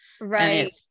Right